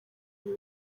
bihe